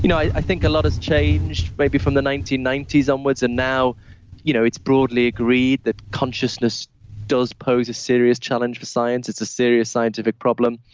you know i think a lot has changed maybe from the nineteen ninety s onwards and now you know it's broadly agreed that consciousness does pose a serious challenge for science. it's a serious scientific problem.